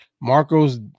Marcos